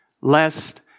lest